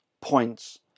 points